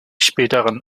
späteren